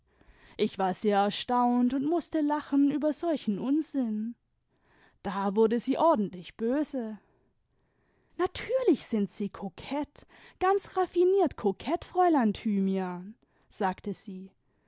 ich war sehr erstaunt und mußte lachen über solchen unsinn da wurde sie ordentlich böse natürlich sind sie kokett ganz raffiniert kokett fräulein tbymiajo sagte sie